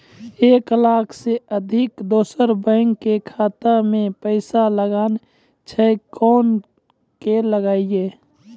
एक लाख से अधिक दोसर बैंक के खाता मे पैसा लगाना छै कोना के लगाए?